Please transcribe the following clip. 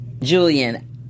Julian